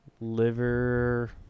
Liver